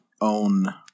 Own